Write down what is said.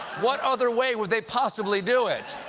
what other way would they possibly do it?